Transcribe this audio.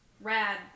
rad